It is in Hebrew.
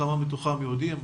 כמה מתוכם יהודים,